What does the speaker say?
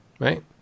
Right